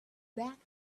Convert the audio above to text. back